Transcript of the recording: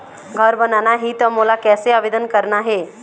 घर बनाना ही त मोला कैसे आवेदन करना हे?